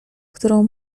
którą